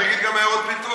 תגיד גם עיירות פיתוח.